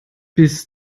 bis